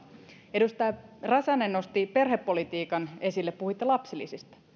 edustaja räsänen nosti perhepolitiikan esille puhuitte lapsilisistä